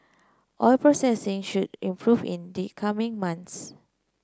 oil processing should improve in the coming months